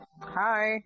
Hi